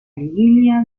liguilla